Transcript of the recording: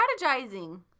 strategizing